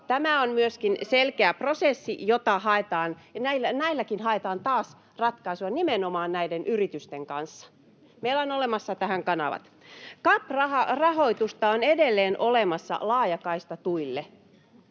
Tämä on myöskin selkeä prosessi, ja näihinkin haetaan taas ratkaisua nimenomaan näiden yritysten kanssa. Meillä on olemassa tähän kanavat. CAP-rahoitusta on edelleen olemassa laajakaistatuille.